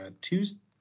Tuesday